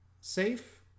safe